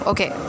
Okay